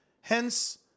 hence